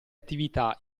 attività